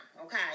okay